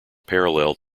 parallel